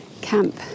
camp